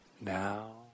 now